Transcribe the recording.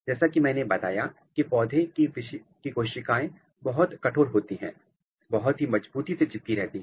जैसा कि मैंने बताया है की पौधे की कोशिकाएं बहुत ही कठोर होती हैं बहुत ही मजबूती से चिपकी रहती हैं